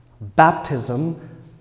Baptism